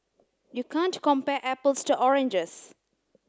you can't compare apples to oranges